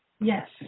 Yes